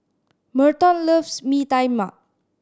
Merton loves Mee Tai Mak